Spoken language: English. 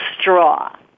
straw